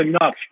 enough